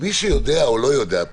כמי שיודע או לא יודע,